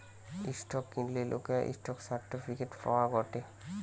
stock কিনলে লোকরা stock certificate পায় গটে